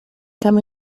come